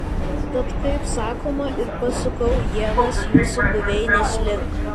tad kaip sakoma ir pasukau ienas jūsų buveinės link